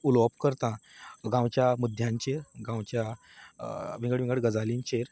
उलोवप करता गांवच्या मुद्यांचेर गांवच्या विंगड विंगड गजालींचेर